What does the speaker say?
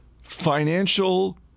financial